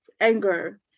anger